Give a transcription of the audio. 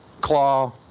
claw